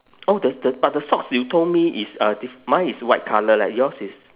oh there's there's but the socks you told me is uh diff~ mine is white colour leh yours is